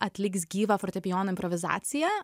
atliks gyvą fortepijono improvizaciją